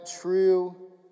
true